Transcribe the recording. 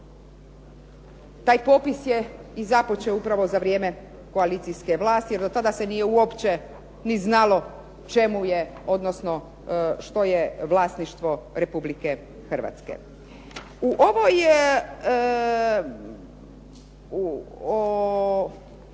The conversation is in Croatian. Taj popis je i započeo upravo za vrijeme koalicijske vlasti, jer do tada se nije uopće ni znalo čemu je odnosno što je vlasništvo Republike Hrvatske. U ovoj,